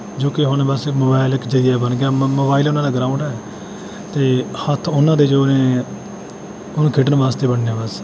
ਜੋ ਕਿ ਉਹਨਾਂ ਵਾਸਤੇ ਮੋਬਾਇਲ ਇੱਕ ਜ਼ਰੀਆ ਬਣ ਗਿਆ ਮੋਬਾਈਲ ਉਹਨਾਂ ਦਾ ਗਰਾਊਂਡ ਹੈ ਅਤੇ ਹੱਥ ਉਹਨਾਂ ਦੇ ਜੋ ਨੇ ਉਹਨੂੰ ਖੇਡਣ ਵਾਸਤੇ ਬਣਨੇ ਆ ਬਸ